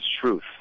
truth